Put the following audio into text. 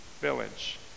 village